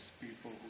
people